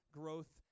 growth